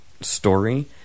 story